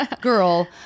girl